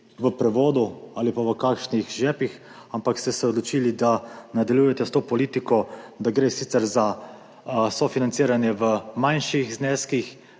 v prevodu ali pa v kakšnih žepih, ampak ste se odločili, da nadaljujete s to politiko, da gre sicer za sofinanciranje v manjših zneskih,